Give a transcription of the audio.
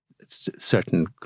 certain